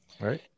Right